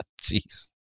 jeez